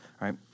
right